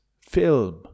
film